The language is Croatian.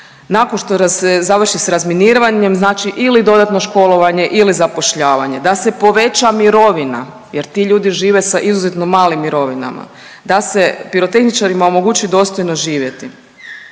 Nakon što se završi sa razminiranjem znači ili dodatno školovanje ili zapošljavanje, da se poveća mirovina jer ti ljudi žive sa izuzetno malim mirovinama, da se pirotehničarima omogući dostojno živjeti.